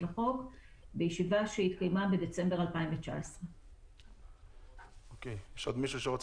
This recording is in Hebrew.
לחוק בישיבה שהתקיימה בדצמבר 2019. אנחנו מעלים